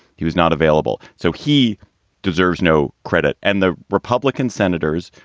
he was not available. so he deserves no credit. and the republican senators,